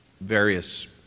various